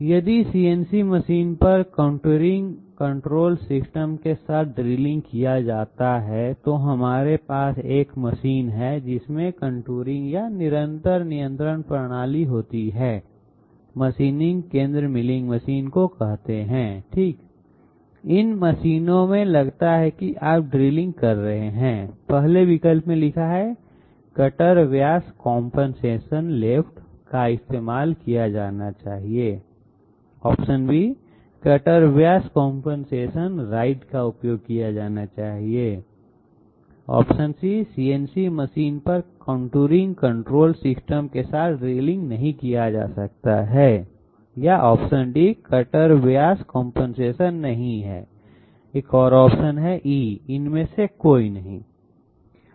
यदि CNC machine पर contouring control system के साथ ड्रिलिंग किया जाता है तो हमारे पास एक मशीन है जिसमें कॉन्टूरिंग या निरंतर नियंत्रण प्रणाली होती है मशीनिंग केंद्र मिलिंग मशीन को कहते है ठीक इन मशीनों में लगता है कि आप ड्रिलिंग कर रहे हैं पहले विकल्प में लिखा है कटर व्यास कंपनसेशन लेफ्ट का इस्तेमाल किया जाना चाहिए कटर व्यास कंपनसेशन राइट का उपयोग किया जाना चाहिए सीएनसी मशीन पर कॉन्टूरिंग कंट्रोल सिस्टम के साथ ड्रिलिंग नहीं किया जा सकता है कटर व्यास कंपनसेशन नहीं है इनमें से कोई नहीं है